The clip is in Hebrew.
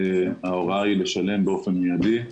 ההוראה היא לשלם באופן מיידי.